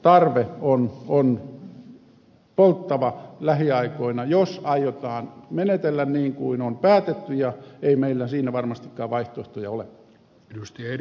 tarve on polttava lähiaikoina jos aiotaan menetellä niin kuin on päätetty ja ei meillä siinä varmastikaan vaihtoehtoja ole